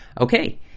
Okay